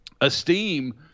esteem